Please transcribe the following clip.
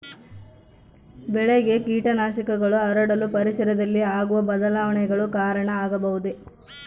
ಬೆಳೆಗೆ ಕೇಟನಾಶಕಗಳು ಹರಡಲು ಪರಿಸರದಲ್ಲಿ ಆಗುವ ಬದಲಾವಣೆಗಳು ಕಾರಣ ಆಗಬಹುದೇ?